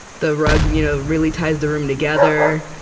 the rug and you know really ties the room together.